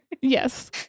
Yes